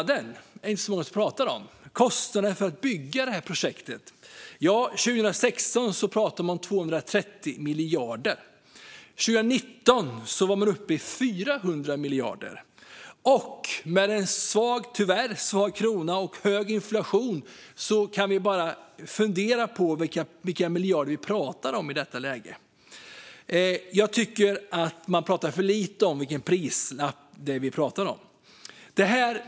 Det är inte många som pratar om kostnaden för att bygga projektet. År 2016 pratade man om 230 miljarder. År 2019 var man uppe i 400 miljarder. Med en tyvärr svag krona och hög inflation kan vi bara fundera på hur många miljarder det skulle handla om i detta läge. Jag tycker att man pratar för lite om vilken prislapp det handlar om.